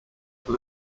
for